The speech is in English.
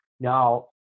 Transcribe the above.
Now